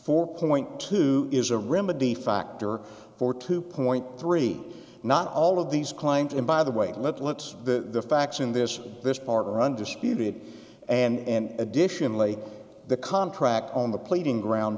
four point two is a remedy factor for two point three not all of these clients in by the way let's the facts in this this part run disputed and additionally the contract on the pleading ground